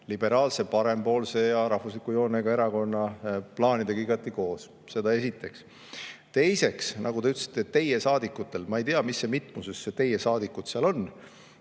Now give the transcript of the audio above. liberaalse parempoolse ja rahvusliku joonega erakonna plaanidega igati kooskõlas. Seda esiteks. Teiseks, nagu te ütlesite, et teie saadikutel – ma ei tea, mis see mitmuses teie saadikud seal on,